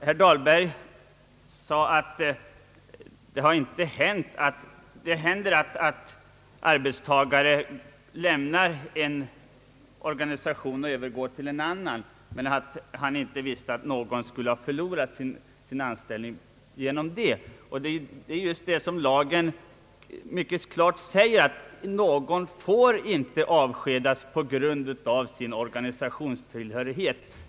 Herr talman! Herr Dahlberg säger att det händer att arbetstagare lämnar en organisation och övergår till en annan men att han inte känner till att någon skulle ha förlorat sin anställning av den anledningen. Lagen säger ju också mycket klart ifrån att någon inte får avskedas på grund av sin organisationstillhörighet.